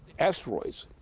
asteroids,